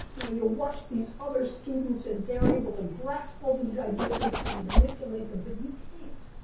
you know you watch these other students and they're able to grasp all these ideas and kind of manipulate them, but you can't.